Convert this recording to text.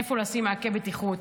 איפה לשים מעקה בטיחות,